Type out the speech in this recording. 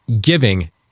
giving